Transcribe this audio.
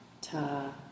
ta